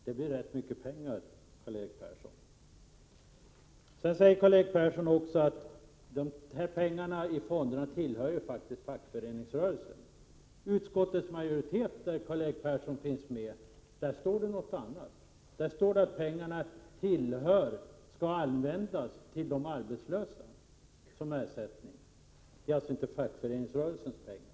Det blir rätt mycket pengar, Karl-Erik Persson. Karl-Erik Persson sade också att pengarna i fonderna faktiskt tillhör fackföreningsrörelsen. Utskottets majoritet, där Karl-Erik Persson finns med, anser någonting annat. Den säger att pengarna tillhör och skall användas som ersättning till de arbetslösa. Det är alltså inte fackföreningsrörelsens pengar.